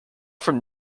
from